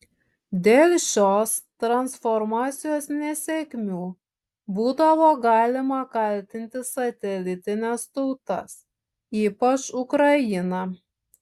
dėl šios transformacijos nesėkmių būdavo galima kaltinti satelitines tautas ypač ukrainą